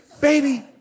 Baby